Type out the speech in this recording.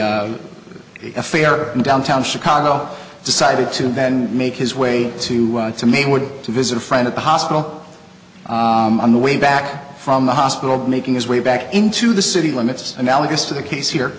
the affair in downtown chicago decided to then make his way to to me would be to visit a friend at the hospital on the way back from the hospital making his way back into the city limits analogous to the case here